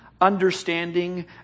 understanding